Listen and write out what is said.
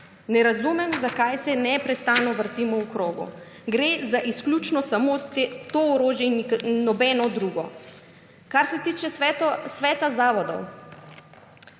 Ne razumem, zakaj se neprestano vrtimo v krogu. Gre za izključno samo to orožje in nobeno drugo. Kar se tiče Sveta zavodov.